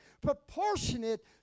proportionate